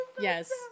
yes